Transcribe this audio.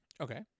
Okay